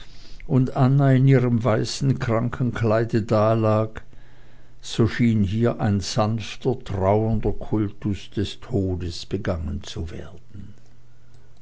und anna in ihrem weißen krankenkleide dalag so schien hier ein sanfter trauernder kultus des todes begangen zu werden